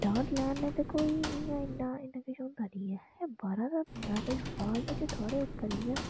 डांटी लैन ते कोई इ'यां नेईं ना किश होंदा नेईं ऐ अगर बाह्रा दा बंदा कोई थुआढ़े कन्नै करी जा